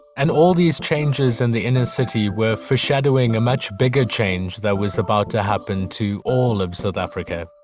and all these changes in the inner city were foreshadowing a much bigger change that was about to happen to all of south africa.